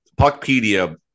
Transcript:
Puckpedia